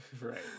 Right